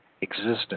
existence